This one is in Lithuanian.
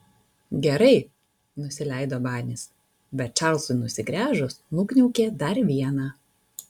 gerai nusileido banis bet čarlzui nusigręžus nukniaukė dar vieną